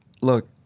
look